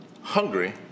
hungry